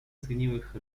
zgniłych